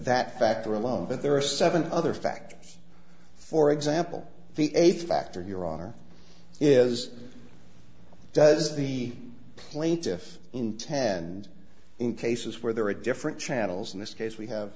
that factor alone but there are seven other factors for example the eighth factor here are is does the plaintiffs intend in cases where there are different channels in this case we have